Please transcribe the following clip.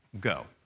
go